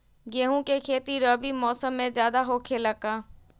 गेंहू के खेती रबी मौसम में ज्यादा होखेला का?